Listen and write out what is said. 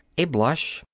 a blush,